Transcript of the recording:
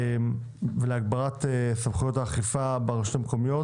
ולהגברת סמכויות האכיפה ברשויות המקומיות